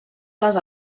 les